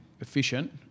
efficient